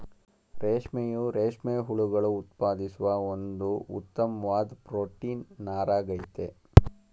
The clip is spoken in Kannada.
ರೇಷ್ಮೆಯು ರೇಷ್ಮೆ ಹುಳುಗಳು ಉತ್ಪಾದಿಸುವ ಒಂದು ಉತ್ತಮ್ವಾದ್ ಪ್ರೊಟೀನ್ ನಾರಾಗಯ್ತೆ